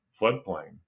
floodplain